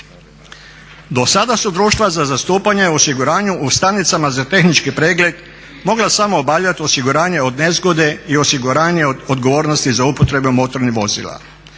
Do sada su društva za zastupanje u osiguranju u stanicama za tehnički pregled mogla samo obavljati osiguranje od nezgode i osiguranje od odgovornosti za upotrebom motornih vozila.